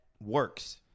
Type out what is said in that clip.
works